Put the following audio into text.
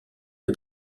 est